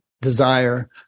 desire